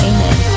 Amen